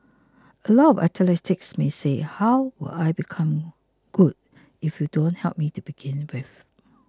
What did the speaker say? a lot of athletes may say how will I become good if you don't help me to begin with